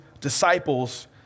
disciples